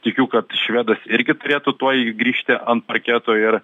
tikiu kad švedas irgi turėtų tuoj grįžti ant parketo ir